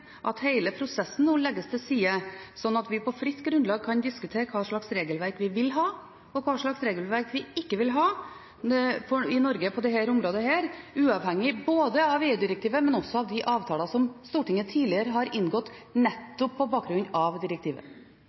at hele prosessen nå legges til side, slik at vi på fritt grunnlag kan diskutere hva slags regelverk vi vil ha og hva slags regelverk vi ikke vil ha i Norge på dette området – uavhengig av EU-direktivet, men også av de avtaler som Stortinget tidligere har inngått nettopp på bakgrunn av direktivet?